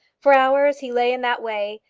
for hours he lay in that way,